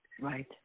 Right